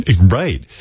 Right